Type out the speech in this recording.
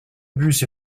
bus